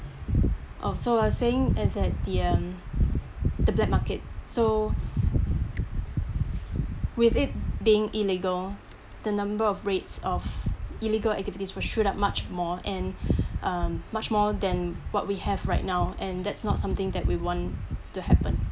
orh so I was saying at that the um the black market so with it being illegal the number of rates of illegal activities will shoot up much more and um much more than what we have right now and that's not something that we want to happen